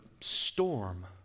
storm